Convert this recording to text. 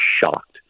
shocked